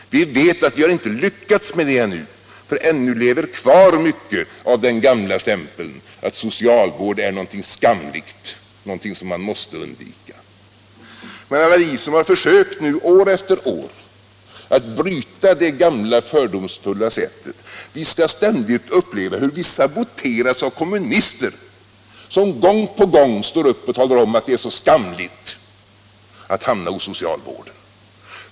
Vi vet att vi inte har lyckats med det, för ännu lever kvar mycket av den gamla stämpeln att socialvård är någonting skamligt, någonting som man måste undvika. Men alla vi som har försökt år efter år att bryta det gamla fördomsfulla synsättet, vi skall ständigt uppleva hur vi saboteras av kommunister, som gång på gång står upp och talar om att det är skamligt att hamna hos socialvården.